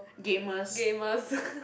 gamers